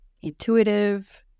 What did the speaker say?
intuitive